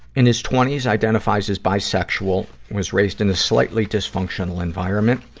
in his twenty s, identifies as bisexual, was raised in a slightly dysfunctional environment,